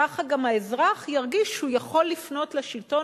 ככה גם האזרח ירגיש שהוא יכול לפנות לשלטון